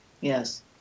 Yes